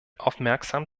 aufmerksam